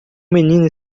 menino